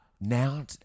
now